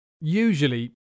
usually